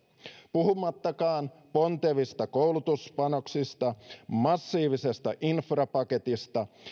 puhumattakaan pontevista koulutuspanostuksista massiivisesta infrapaketista